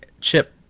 chip